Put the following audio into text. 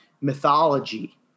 mythology